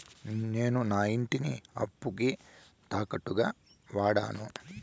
నేను నా ఇంటిని అప్పుకి తాకట్టుగా వాడాను